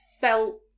felt